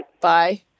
Bye